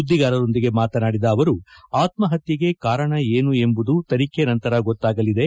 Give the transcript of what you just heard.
ಸುದ್ದಿಗಾರರೊಂದಿಗೆ ಮಾತನಾಡಿದ ಅವರು ಆತ್ಮಪತ್ಯೆಗೆ ಕಾರಣ ಏನು ಎಂಬುದು ತನಿಖೆ ನಂತರ ಗೊತ್ತಾಗಲಿದೆ